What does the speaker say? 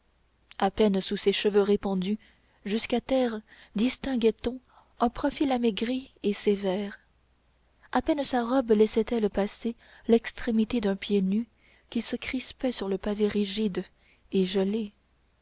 à peine sous ses cheveux répandus jusqu'à terre distinguait on un profil amaigri et sévère à peine sa robe laissait elle passer l'extrémité d'un pied nu qui se crispait sur le pavé rigide et gelé